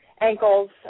ankles